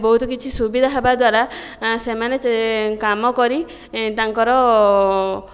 ବହୁତ କିଛି ସୁବିଧା ହେବା ଦ୍ଵାରା ସେମାନେ କାମ କରି ତାଙ୍କର